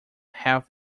health